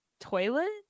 toilet